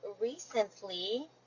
recently